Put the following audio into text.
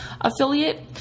affiliate